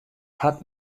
hat